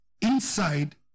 Inside